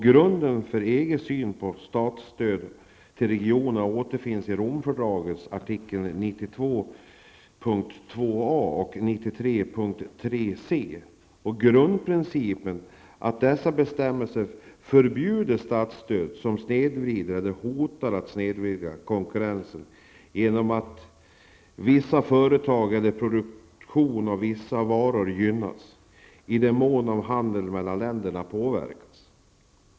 Grunden för EGs syn på statsstöd till regionerna återfinns i Romfördragets artiklar 92 punkt 2A och 93 punkt 3C. Grundprincipen är att dessa bestämmelser förbjuder statsstöd som snedvrider eller hotar snedvrida konkurrensen genom att vissa företag eller produktion av vissa varor gynnas i den mån handeln mellan länderna påverkas.